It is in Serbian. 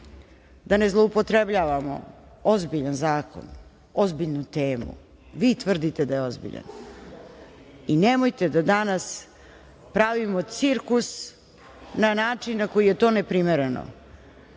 da ne zloupotrebljavamo ozbiljan zakon, ozbiljnu temu. Vi tvrdite da je ozbiljan i nemojte da danas pravimo cirkus na način na koji je to neprimereno.